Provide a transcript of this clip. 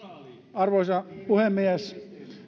arvoisa puhemies